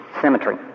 Symmetry